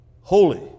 holy